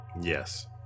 Yes